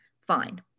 fine